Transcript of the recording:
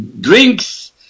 drinks